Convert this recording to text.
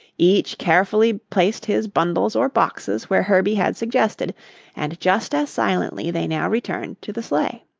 each carefully placed his bundles or boxes where herbie had suggested and just as silently they now returned to the sleigh.